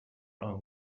own